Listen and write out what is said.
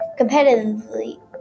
competitively